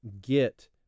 get